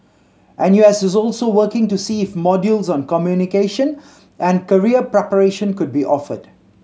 N U S is also working to see if modules on communication and career preparation could be offered